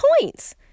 points